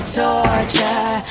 torture